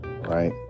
Right